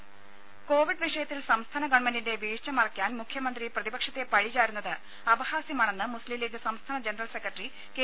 രുമ കോവിഡ് വിഷയത്തിൽ സംസ്ഥാന ഗവൺമെന്റിന്റെ വീഴ്ച മറയ്ക്കാൻ മുഖ്യമന്ത്രി പ്രതിപക്ഷത്തെ പഴി ചാരുന്നത് അപഹാസ്യമാണെന്ന് മുസ്ലിം ലീഗ് സംസ്ഥാന ജനറൽ സെക്രട്ടറി കെ